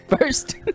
First